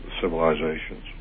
civilizations